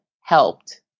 helped